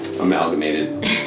amalgamated